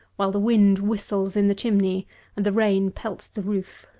while the wind whistles in the chimney and the rain pelts the roof?